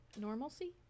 normalcy